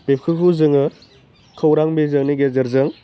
बेफोरखौ जोङो खौरां बिजोंनि गेजेरजों